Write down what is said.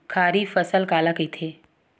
खरीफ फसल काला कहिथे?